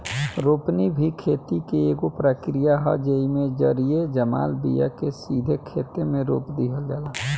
रोपनी भी खेती के एगो प्रक्रिया ह, जेइमे जरई जमाल बिया के सीधे खेते मे रोप दिहल जाला